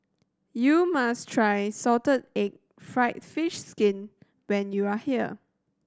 you must try salted egg fried fish skin when you are here